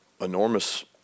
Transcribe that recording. enormous